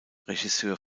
regisseur